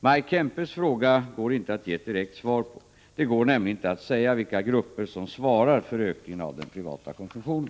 Maj Kempes fråga går inte att ge ett direkt svar på. Det går nämligen inte att säga vilka grupper som svarar för ökningen av den privata konsumtionen.